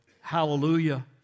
Hallelujah